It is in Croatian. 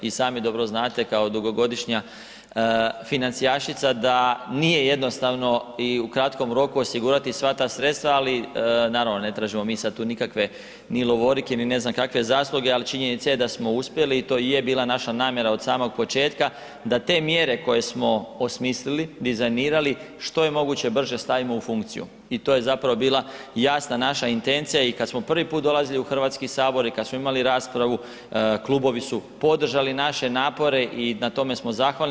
I sami dobro znate kao dugogodišnja financijašica da nije jednostavno u kratkom roku osigurati sva ta sredstva, ali naravno ne tražimo mi sada tu nikakve ni lovorike ni ne znam kakve zasluge, ali činjenica je da smo uspjeli i to i je bila naša namjera od samog početka da te mjere koje smo osmislili, dizajnirali što je moguće brže stavimo u funkciju i to je bila jasna naša intencija i kada smo prvi puta dolazili u HS i kada smo imali raspravu klubovi su podržali naše napore i na tome smo zahvalni.